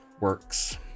works